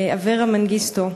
אברה מנגיסטו.